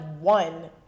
one